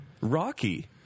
Rocky